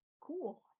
Cool